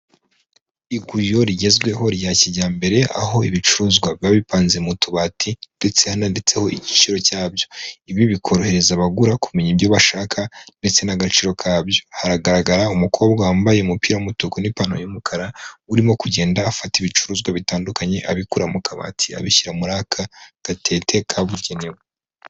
Iguriro rigezweho rya kijyambere aho ibicuruzwa biba bipanze mu tubati ndetseanditseho igiciro cyabyo ibi bikorohereza abagura kumenya ibyo bashaka ndetse n'agaciro kabyo hagaragara umukobwa wambaye umupira w'umutuku n'ipantaro y'umukara urimo kugenda afata ibicuruzwa bitandukanye abikura mu kabati abishyira muri aka gatete kabugenewe.